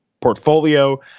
portfolio